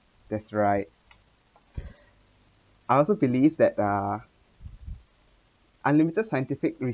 that's right I also believe that uh unlimited scientific re~